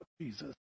Jesus